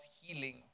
healing